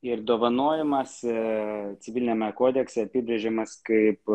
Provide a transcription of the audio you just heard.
ir dovanojimas ir civiliniame kodekse apibrėžiamas kaip